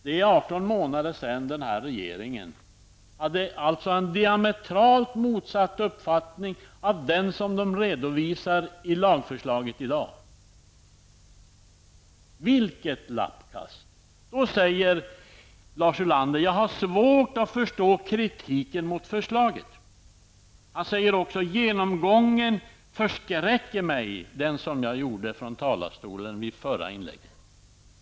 Det är 18 månader sedan den här regeringen hade diametralt motsatt uppfattning mot den som man redovisar i dag i lagförslaget. Vilket lappkast! Då säger Lars Ulander: ''Jag har svårt att förstå kritiken mot förslaget.'' Han säger också att den genomgång som jag gjorde från talarstolen i mitt förra inlägg förskräcker honom.